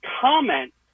comment